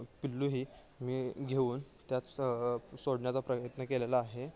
पिल्लूही मी घेऊन त्यात सोडण्याचा प्रयत्न केलेला आहे